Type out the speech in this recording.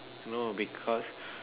no because